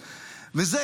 אגב,